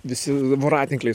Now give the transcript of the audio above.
visi voratinkliai